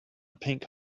pink